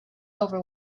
over